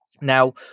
Now